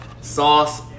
Sauce